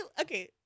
Okay